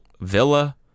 villa